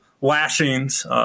lashings